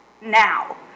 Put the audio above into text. now